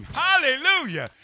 hallelujah